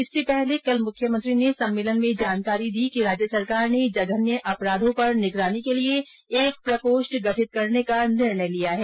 इससे पहले कल मुख्यमंत्री ने सम्मेलन में जानकारी दी कि राज्य सरकार ने जघन्य अपराधों पर निगरानी रखने के लिये एक प्रकोष्ठ गठित करने का निर्णय लिया है